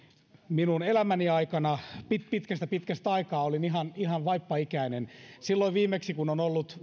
minun elämäni aikana pitkästä pitkästä aikaa valtion talousarviossa on keskustalaisen valtiovarainministerin nimi alla olin ihan vaippaikäinen silloin viimeksi kun on ollut